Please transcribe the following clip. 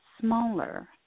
smaller